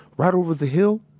right over the hill,